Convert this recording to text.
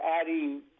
adding